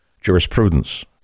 jurisprudence